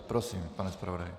Prosím, pane zpravodaji.